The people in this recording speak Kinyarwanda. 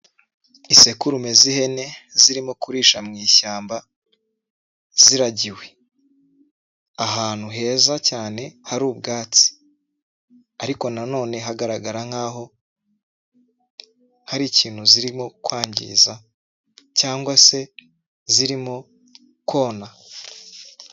Isekurume z'ihene zirimo kurisha mu ishyamba ziragiwe, ahantu heza cyane hari ubwatsi ariko na none hagaragara nk'aho hari ikintu zirimo kwangiza cyangwa se zirimo kona.